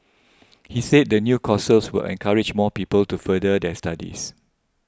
he said the new courses will encourage more people to further their studies